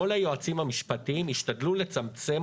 כל היועצים המשפטיים השתדלו לצמצמם